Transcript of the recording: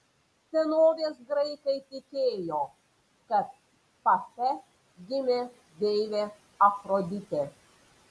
senovės graikai tikėjo kad pafe gimė deivė afroditė